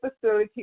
facility